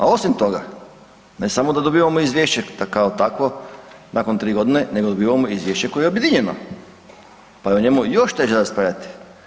A osim toga ne samo da dobivamo izvješće kao takvo nakon 3 godine, nego dobivamo izvješće koje je objedinjeno pa je o njemu još teže raspravljati.